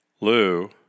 Lou